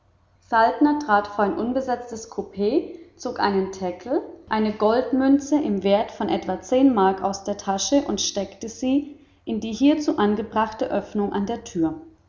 trat vor ein unbesetztes coup zog einen thekel eine goldmünze im wert von etwa zehn mark aus der tasche und steckte sie in die hierzu angebrachte öffnung an der tür